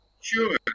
Sure